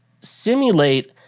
simulate